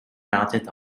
mounted